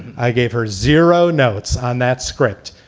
i gave her zero notes on that script.